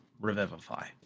Revivify